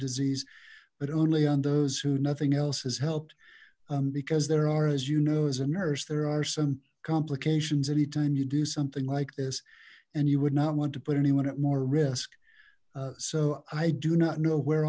disease but only on those who nothing else has helped because there are as you know as a nurse there are some complications anytime you do something like this and you would not want to put anyone at more risk so i do not know where